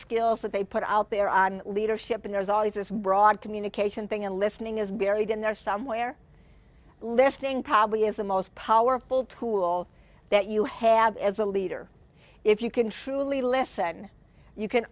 skills that they put out there on leadership and there's always this broad communication thing and listening is buried in there somewhere listening probably is the most powerful tool that you have as a leader if you can truly listen you can